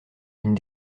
une